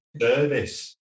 Service